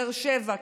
באר שבע,